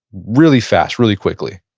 really fast, really quickly?